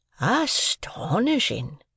Astonishing